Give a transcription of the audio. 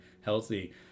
healthy